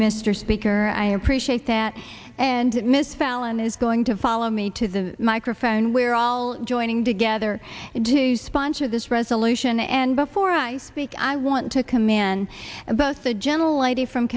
mr speaker i appreciate that and miss fallon is going to follow me to the microphone where all joining together to sponsor this resolution and before i speak i want to command both the gentle lady from